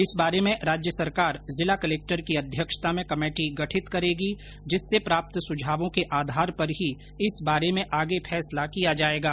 इस बारे में राज्य सरकार जिला कलक्टर की अध्यक्षता में कमेटी गठित करेगी जिससे प्राप्त सुझावों के आधार पर ही इस बारे में आगे फैसला किया जाएगा